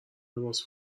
لباس